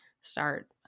start